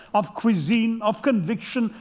of cuisine. of conviction.